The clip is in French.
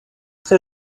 très